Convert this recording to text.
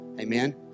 Amen